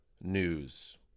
news